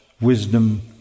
wisdom